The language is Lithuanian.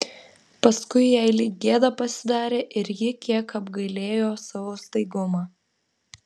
paskui jai lyg gėda pasidarė ir ji kiek apgailėjo savo staigumą